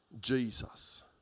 Jesus